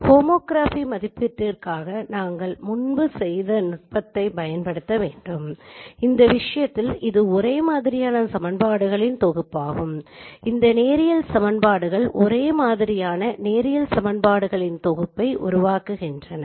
homography மதிப்பீட்டிற்காக நாங்கள் முன்பு செய்ததை நுட்பத்தைப் பயன்படுத்த வேண்டும் இந்த விஷயத்தில் இது ஒரே மாதிரியான சமன்பாடுகளின் தொகுப்பாகும் இந்த நேரியல் சமன்பாடுகள் ஒரே மாதிரியான நேரியல் சமன்பாடுகளின் தொகுப்பை உருவாக்குகின்றன